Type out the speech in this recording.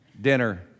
dinner